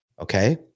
Okay